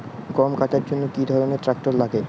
গম কাটার জন্য কি ধরনের ট্রাক্টার লাগে?